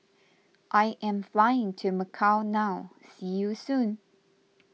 I am flying to Macau now see you soon